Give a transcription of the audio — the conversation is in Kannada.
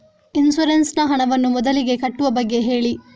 ಇನ್ಸೂರೆನ್ಸ್ ನ ಹಣವನ್ನು ಮೊದಲಿಗೆ ಕಟ್ಟುವ ಬಗ್ಗೆ ಹೇಳಿ